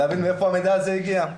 להבין מאיפה המידע הזה הגיע.